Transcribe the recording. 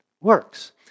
works